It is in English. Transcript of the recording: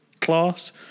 class